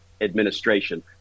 administration